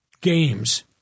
games